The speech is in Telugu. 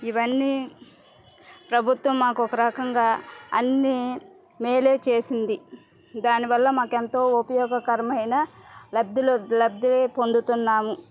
ఇవన్నీ ప్రభుత్వం మాకు ఒక రకంగా అన్నీ మేలే చేసింది దానివల్ల మాకు ఎంతో ఉపయోగకరమైన లబ్ధి పొందుతున్నాము